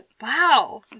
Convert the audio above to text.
Wow